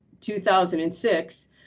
2006